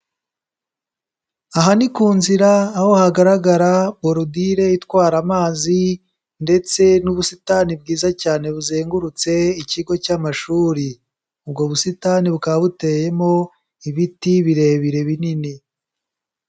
Aha ni ku nzira aho hagaragara borudire itwara amazi ndetse n'ubusitani bwiza cyane buzengurutse ikigo cy'amashuri, ubwo busitani bukaba buteyemo ibiti birebire binini.